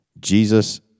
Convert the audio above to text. Jesus